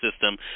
System